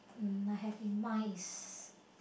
um I have in mind is